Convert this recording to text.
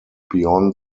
beyond